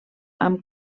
amb